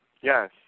Yes